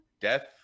Death